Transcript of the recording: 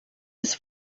was